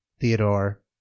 Theodore